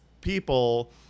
people